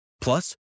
Plus